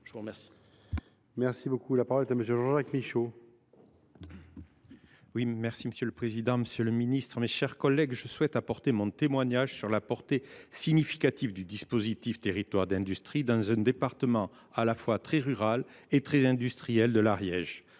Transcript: Je vous remercie